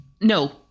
no